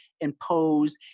impose